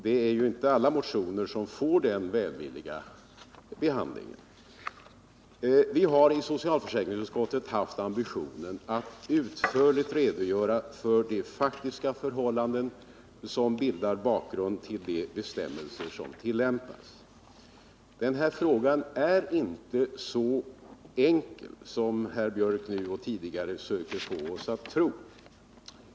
Det är ju inte alla motioner som får den välvilliga behandlingen. Vi har i 65 socialförsäkringsutskottet haft ambitionen att utförligt redogöra för de faktiska förhållanden som bildar bakgrund till de bestämmelser som tillämpas. Den här frågan är inte så enkel som herr Biörck nu och tidigare söker få oss att tro.